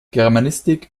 germanistik